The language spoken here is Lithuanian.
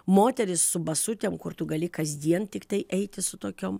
moteris su basutėm kur tu gali kasdien tiktai eiti su tokiom